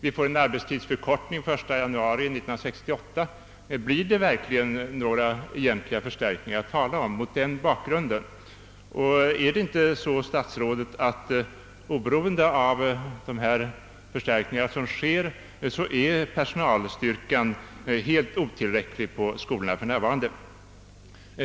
Vi får en arbetstidsförkortning 1 januari 1968. Blir det verkligen, sett mot den bak grunden, några egentliga förstärkningar att tala om? Och är inte, statsrådet, oberoende av dessa förstärkningar, personalstyrkan på skolorna helt otillräcklig för närvarande?